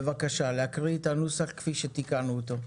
בבקשה, להקריא את הנוסח כפי שתיקנו אותו.